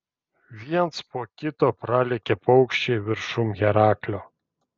viens po kito pralėkė paukščiai viršum heraklio